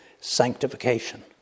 sanctification